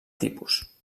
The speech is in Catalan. tipus